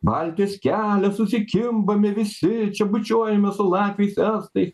baltijos kelią susikimbame visi čia bučiuojamės su latviais estais